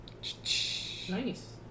Nice